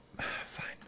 Fine